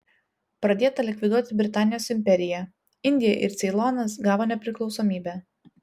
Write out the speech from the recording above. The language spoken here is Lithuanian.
pradėta likviduoti britanijos imperiją indija ir ceilonas gavo nepriklausomybę